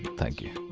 thank you!